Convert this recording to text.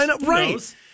Right